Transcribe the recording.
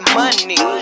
money